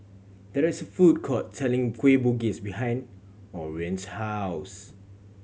there is a food court selling Kueh Bugis behind Orion's house